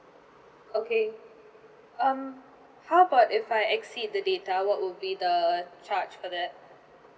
okay um how about if I exceed the data what would be the charge for that